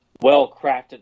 well-crafted